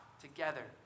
together